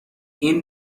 این